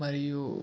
మరియు